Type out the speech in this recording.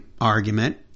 Argument